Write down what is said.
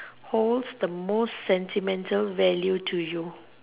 holds the most sentimental value to you